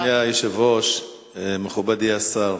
אדוני היושב-ראש, מכובדי השר,